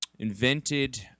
invented